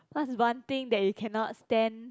what's one thing that you cannot stand